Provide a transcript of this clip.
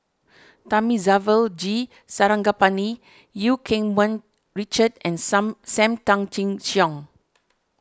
Thamizhavel G Sarangapani Eu Keng Mun Richard and some Sam Tan Chin Siong